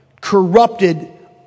corrupted